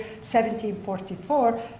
1744